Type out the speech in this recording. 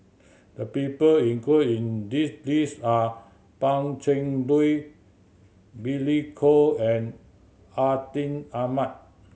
the people include in the list are Pan Cheng Lui Billy Koh and Atin Amat